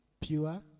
pure